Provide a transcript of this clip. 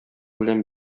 белән